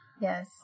Yes